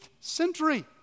century